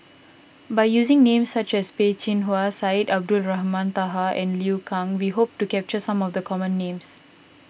by using names such as Peh Chin Hua Syed Abdulrahman Taha and Liu Kang we hope to capture some of the common names